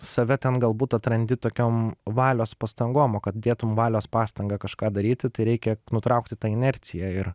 save ten galbūt atrandi tokiom valios pastangom o kad dėtum valios pastangą kažką daryti tai reikia nutraukti tą inerciją ir